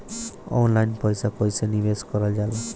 Online पईसा कईसे निवेश करल जाला?